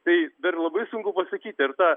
tai dar labai sunku pasakyti ar tą